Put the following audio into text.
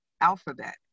alphabet